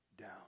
down